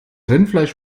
rindfleisch